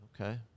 Okay